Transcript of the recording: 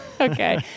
okay